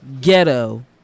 ghetto